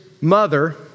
mother